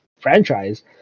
franchise